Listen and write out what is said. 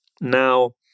now